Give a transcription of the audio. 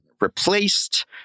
replaced